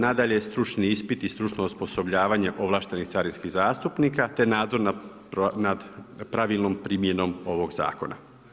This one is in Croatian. Nadalje, stručni ispiti i stručno osposobljavanje ovlaštenih carinskih zastupnika te nadzor nad pravilnom primjenom ovog zakona.